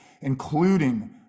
including